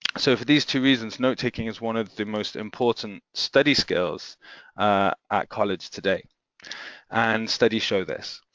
so for these two reasons, notetaking is one of the most important study skills at college today and studies show this.